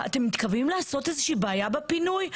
אתם מתכוונים לעשות בעיה בפינוי?